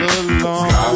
alone